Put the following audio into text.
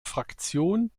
fraktion